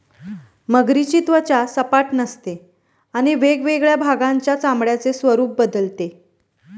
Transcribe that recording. मगरीची त्वचा सपाट नसते आणि वेगवेगळ्या भागांच्या चामड्याचे स्वरूप बदलते